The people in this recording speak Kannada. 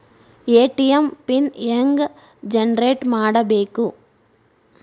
ಎ.ಟಿ.ಎಂ ಪಿನ್ ಹೆಂಗ್ ಜನರೇಟ್ ಮಾಡಬೇಕು?